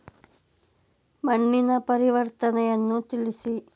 ಮಣ್ಣಿನ ಪರಿವರ್ತನೆಯನ್ನು ತಿಳಿಸಿ?